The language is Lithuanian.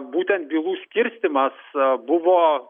būtent bylų skirstymas buvo